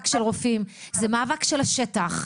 אני לא יכולה ככה.